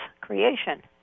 creation